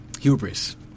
Hubris